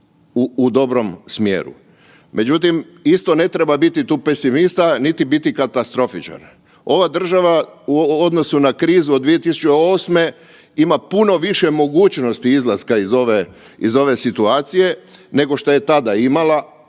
u dobrom smjeru. Međutim, isto ne treba biti tu pesimista, niti biti katastrofičan. Ova država u odnosu na krizu od 2008. ima puno više mogućnosti izlaska iz ove situacije nego šta je tada imala